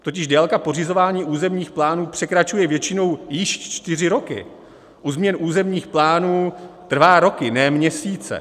Totiž délka pořizování územních plánů překračuje většinou již čtyři roky, u změn územních plánů trvá roky, ne měsíce.